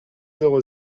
zéro